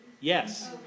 Yes